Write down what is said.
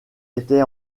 était